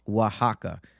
Oaxaca